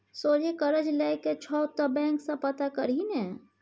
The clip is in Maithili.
सोझे करज लए के छौ त बैंक सँ पता करही ने